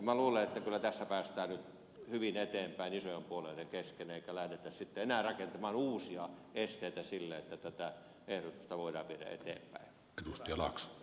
minä luulen että kyllä tässä päästään hyvin eteenpäin isojen puolueiden kesken eikä lähdetä sitten enää rakentamaan uusia esteitä sille että tätä ehdotusta voidaan viedä eteenpäin